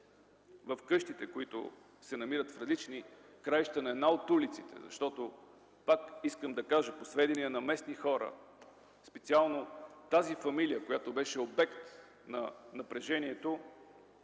в къщите, които се намират в различни краища на една от улиците. Пак искам да кажа – по сведения на местни хора специално тази фамилия, която беше обект на напрежението,